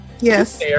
Yes